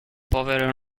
povero